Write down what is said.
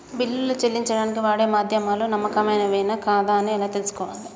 బిల్లులు చెల్లించడానికి వాడే మాధ్యమాలు నమ్మకమైనవేనా కాదా అని ఎలా తెలుసుకోవాలే?